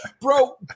bro